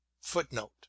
Footnote